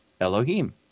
Elohim